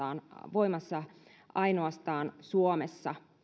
voimassa ainoastaan suomessa